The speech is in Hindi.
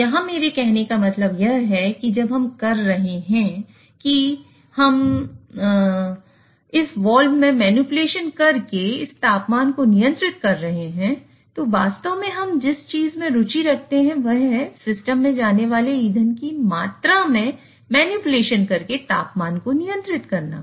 तो यहां मेरे कहने का मतलब यह है कि जब हम कह रहे हैं कि हम इस वाल्व में मैनिपुलेशन करके इस तापमान को नियंत्रित कर रहे हैं तो वास्तव में हम जिस चीज में रुचि रखते हैं वह है सिस्टम में जाने वाले ईंधन की मात्रा में मैनिपुलेशन करके तापमान को नियंत्रित करना